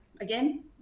again